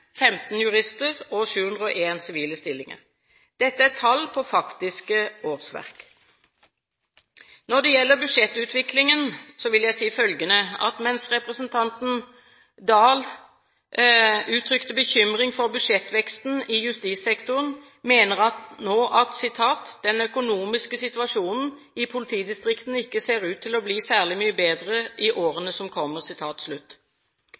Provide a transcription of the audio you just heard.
sivile stillinger. Dette er tall på faktiske årsverk. Når det gjelder budsjettutviklingen, vil jeg si følgende: Mens representanten Oktay Dahl uttrykte bekymring for budsjettveksten i justissektoren, mener han nå at den økonomiske situasjonen i politidistriktene ikke ser «ut til å bli særlig mye bedre i